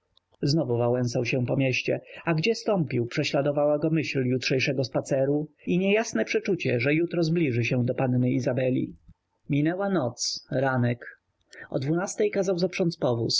znowu wałęsał się po mieście a gdzie stąpił prześladowała go myśl jutrzejszego spaceru i niejasne przeczucie że jutro zbliży się do panny izabeli minęła noc ranek o dwunastej kazał